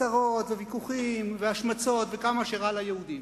צרות וויכוחים והשמצות וכמה שרע ליהודים.